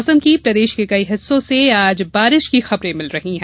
मौसम प्रदेश के कई हिस्सों से आज बारिश की खबरें मिल रही हैं